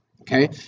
okay